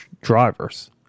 drivers